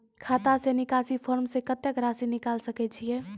खाता से निकासी फॉर्म से कत्तेक रासि निकाल सकै छिये?